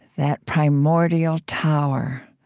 that primordial tower.